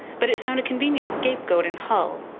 but it found a convenient scapegoat in hull,